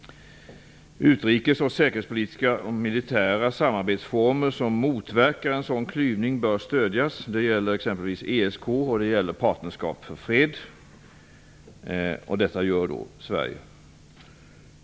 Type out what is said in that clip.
Utrikes och säkerhetspolitiska och militära samarbetsformer som motverkar en sådan klyvning bör stödjas. Det gäller exempelvis ESK och Partnerskap för fred. Detta gör Sverige.